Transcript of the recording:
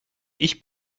ich